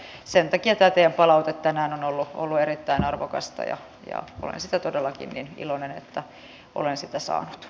sen takia tämä teidän palautteenne tänään on ollut erittäin arvokasta ja olen todellakin iloinen että olen sitä saanut